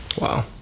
Wow